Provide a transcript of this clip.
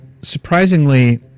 Surprisingly